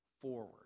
Forward